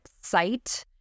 site